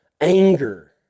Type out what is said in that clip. anger